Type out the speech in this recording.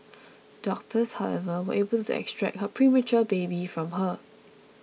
doctors however were able to extract her premature baby from her